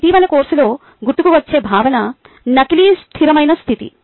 నా ఇటీవలి కోర్సులో గుర్తుకు వచ్చే భావన నకిలీ స్థిరమైన స్థితి